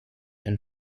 and